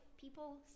people